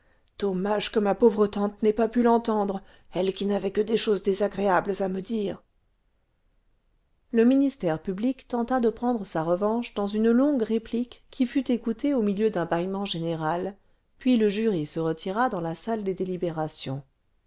dommage que ma pauvre tante n'ait pas pu l'entendre elle qui n'avait que des choses désagréables à me dire le ministère public tenta cle prendre sa revanche dans une longue réplique qui fut écoutée an milieu d'un bâillement général puis le jury se retira dans la salle des délibérations